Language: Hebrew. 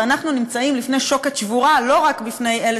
ואנחנו נמצאים לפני שוקת שבורה לא רק בפני אלה